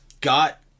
got